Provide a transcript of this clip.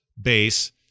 base